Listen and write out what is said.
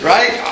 Right